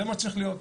זה מה שצרך להיות.